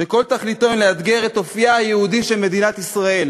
כל תכליתו היא לאתגר את אופייה היהודי של מדינת ישראל